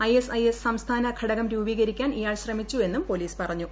ക്ഷ് S I S സംസ്ഥാന ഘടകം രൂപീകരിക്കാൻ ഇയാൾ ശ്രമിച്ചു എന്നും പോലീസ് പറഞ്ഞു